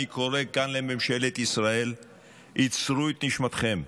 אני קורא כאן לממשלת ישראל: עצרו את נשמתכם.